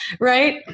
Right